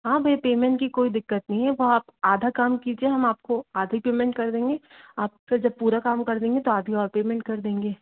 हाँ भैया पेमेन्ट की कोई दिक्कत नहीं है वहाँ आप आधा काम कीजिए हम आपको आधे पेमेन्ट कर देंगे आप फिर जब पूरा काम कर देंगे तो आधी और पेमेन्ट कर देंगे